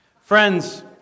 Friends